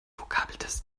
vokabeltest